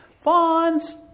Fawns